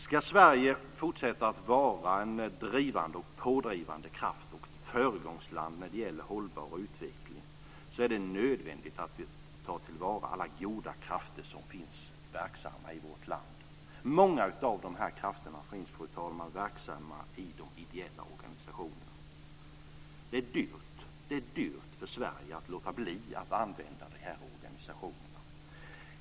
Ska Sverige fortsätta att vara en drivande och pådrivande kraft och ett föregångsland när det gäller hållbar utveckling är det nödvändigt att vi tar till vara alla goda krafter som finns verksamma i vårt land. Många av de här krafterna finns, fru talman, verksamma i de ideella organisationerna. Det är dyrt för Sverige att låta bli att använda de här organisationerna.